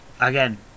Again